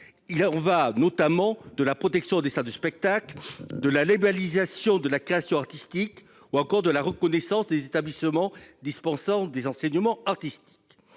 culturel, notamment la protection des salles de spectacle, la labellisation de la création artistique ou encore la reconnaissance des établissements dispensant des enseignements artistiques.